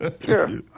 Sure